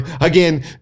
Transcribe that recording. Again